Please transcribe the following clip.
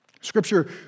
Scripture